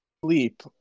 sleep